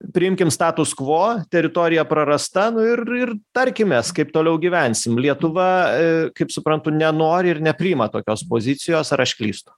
priimkim status kvo teritorija prarasta ir ir tarkimės kaip toliau gyvensim lietuva e kaip suprantu nenori ir nepriima tokios pozicijos ar aš klystu